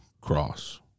cross